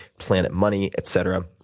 planet money, etc.